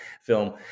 film